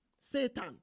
Satan